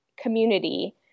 community